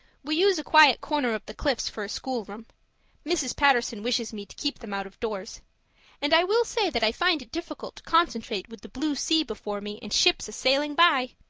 we use a quiet corner of the cliffs for a schoolroom mrs. paterson wishes me to keep them out of doors and i will say that i find it difficult to concentrate with the blue sea before me and ships a-sailing by!